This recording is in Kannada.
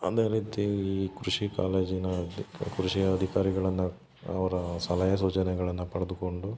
ಅದೇ ರೀತಿ ಈ ಕೃಷಿ ಕಾಲೇಜಿನ ಅದಕ್ಕೆ ಕೃಷಿ ಅಧಿಕಾರಿಗಳನ್ನ ಅವ್ರ ಸಲಹೆ ಸೂಚನೆಗಳನ್ನ ಪಡ್ದುಕೊಂಡು